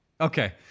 Okay